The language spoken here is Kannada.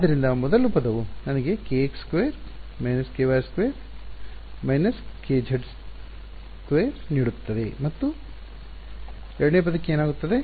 ಆದ್ದರಿಂದ ಮೊದಲ ಪದವು ನನಗೆ kx2 − ky 2 − kz 2 ನೀಡುತ್ತದೆ ಮತ್ತು ಎರಡನೇ ಪದಕ್ಕೆ ಏನಾಗುತ್ತದೆ